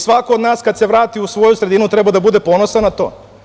Svako od nas kad se vrati u svoju sredinu treba da bude ponosan na to.